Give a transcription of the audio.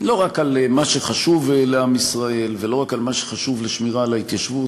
לא רק על מה שחשוב לעם ישראל ולא רק על מה שחשוב לשמירה על ההתיישבות